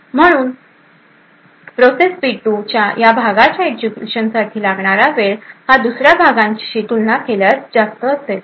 आणि म्हणून process P two च्या या भागाच्या एक्झिक्युशन साठी लागणारा वेळ हा दुसऱ्या भागांशी तुलना केल्यास जास्त असेल